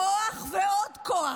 כוח ועוד כוח.